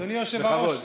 אדוני היושב-ראש,